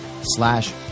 slash